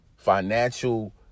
Financial